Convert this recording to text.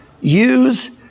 use